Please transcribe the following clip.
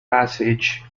passage